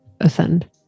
ascend